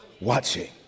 watching